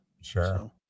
Sure